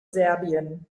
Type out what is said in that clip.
serbien